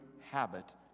habit